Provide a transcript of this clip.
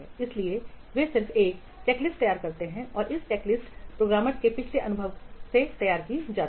इसलिए वे सिर्फ एक चेकलिस्ट तैयार कर सकते हैं और यह चेकलिस्ट प्रोग्रामर्स के पिछले अनुभव से तैयार की जा सकती है